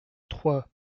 trois